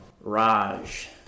Raj